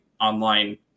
online